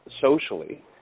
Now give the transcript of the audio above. socially